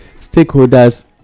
stakeholders